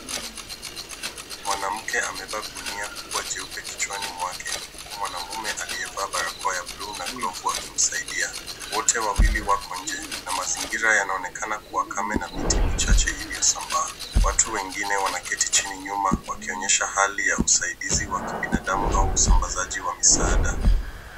Mwanamke amebeba gunia kubwa jeupe kichwani mwake huku mwanaume aliyevaa barakoa ya bluu na glovu akimsaidia. Wote wawili wako nje na mazingira kuwa kame na miti michache iliyosambaa. Watu wengine wanaketi chini nyuma wakionyesha hali ya usaidizi wa kibinadamu au usambazaji wa misaada.